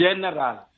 general